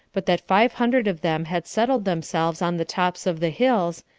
but that five hundred of them had settled themselves on the tops of the hills,